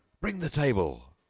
bring the table!